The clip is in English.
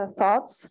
thoughts